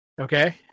Okay